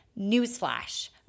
newsflash